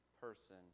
person